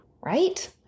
right